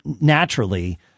naturally